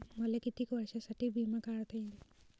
मले कितीक वर्षासाठी बिमा काढता येईन?